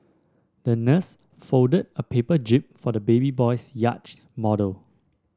the nurse folded a paper jib for the baby boy's yacht model